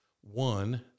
One